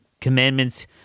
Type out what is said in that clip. Commandments